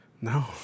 No